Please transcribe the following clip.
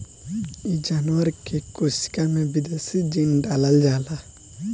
इ जानवर के कोशिका में विदेशी जीन डालल जाला